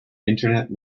internet